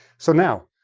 so now,